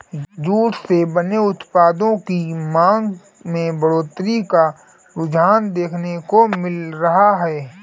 jute से बने उत्पादों की मांग में बढ़ोत्तरी का रुझान देखने को मिल रहा है